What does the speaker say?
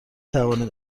توانید